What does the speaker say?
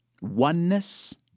oneness